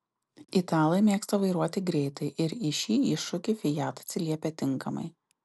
italai mėgsta vairuoti greitai ir į šį iššūkį fiat atsiliepia tinkamai